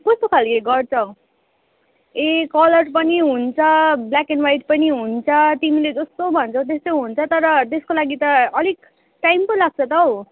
कस्तो खालको गर्छौ ए कलर पनि हुन्छ ब्ल्याक एन्ड वाइट पनि हुन्छ तिमीले जस्तो भन्छौ त्यस्तै हुन्छ तर त्यसको लागि त अलिक टाइम पो लाग्छ त हौ